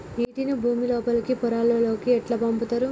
నీటిని భుమి లోపలి పొరలలోకి ఎట్లా పంపుతరు?